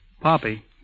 Poppy